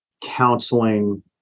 counseling